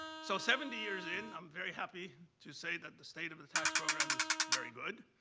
so seventy years in, i'm very happy to say that the state of the tax program is very good.